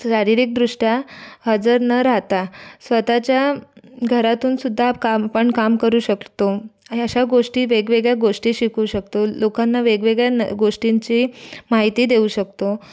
शारीरिकदृष्ट्या हजर न राहता स्वतःच्या घरातूनसुद्धा काम पण काम करू शकतो हे अशा गोष्टी वेगवेगळ्या गोष्टी शिकू शकतो लोकांना वेगवेगळ्यान गोष्टींची माहिती देऊ शकतो